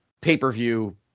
pay-per-view